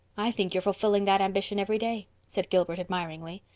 i think you're fulfilling that ambition every day, said gilbert admiringly.